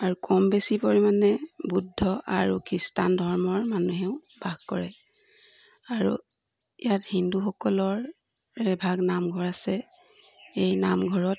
আৰু কম বেছি পৰিমাণে বৌদ্ধ আৰু খ্ৰীষ্টান ধৰ্মৰ মানুহেও বাস কৰে আৰু ইয়াত হিন্দুসকলৰ এভাগ নামঘৰ আছে এই নামঘৰত